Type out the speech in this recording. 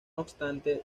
obstante